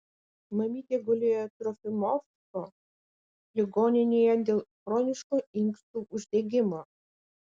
mamytė gulėjo trofimovsko ligoninėje dėl chroniško inkstų uždegimo